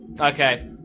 Okay